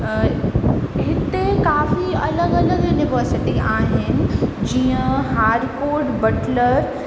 हिकु काफ़ी अलॻि अलॻि यूनिवर्सिटी आहिनि जीअं हाडकोर बटलर